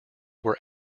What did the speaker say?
were